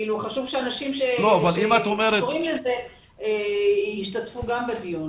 חשוב שאנשים שקשורים לזה ישתתפו גם בדיון.